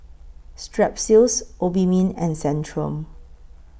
Strepsils Obimin and Centrum